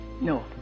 No